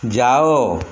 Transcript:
ଯାଅ